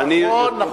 ואני נוסע.